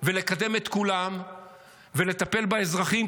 ולקדם את כולם ולטפל באזרחים.